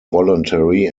voluntary